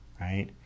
right